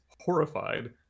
horrified